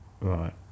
Right